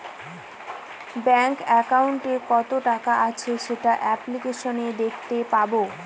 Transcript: bank একাউন্টে কত টাকা আছে সেটা অ্যাপ্লিকেসনে দেখাতে পাবো